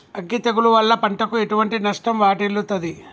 అగ్గి తెగులు వల్ల పంటకు ఎటువంటి నష్టం వాటిల్లుతది?